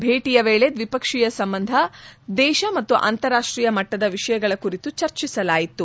ಭೇಟಿಯ ವೇಳೆ ದ್ವಿಪಕ್ಷೀಯ ಸಂಬಂಧ ದೇಶ ಮತ್ತು ಅಂತಾರಾಷ್ಟೀಯ ಮಟ್ಟದ ವಿಷಯಗಳ ಕುರಿತು ಚರ್ಚಿಸಲಾಯಿತು